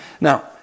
Now